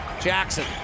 Jackson